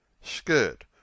Skirt